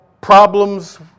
problems